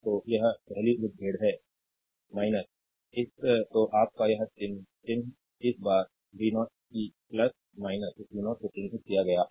तो यह पहली मुठभेड़ है इस तो आप का का चिह्न इस v0 कि उस v0 को चिह्नित किया गया है